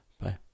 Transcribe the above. Bye